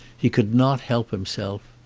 he could not help him self.